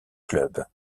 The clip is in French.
club